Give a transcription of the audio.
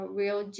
real